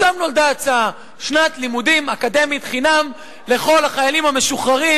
משם נולדה ההצעה: שנת לימודים אקדמית חינם לכל החיילים המשוחררים.